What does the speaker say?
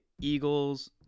Eagles